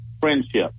friendship